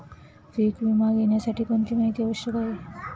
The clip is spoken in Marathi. पीक विमा घेण्यासाठी कोणती माहिती आवश्यक आहे?